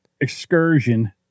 excursion